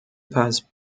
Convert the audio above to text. passe